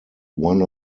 one